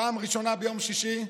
פעם ראשונה ביום שישי,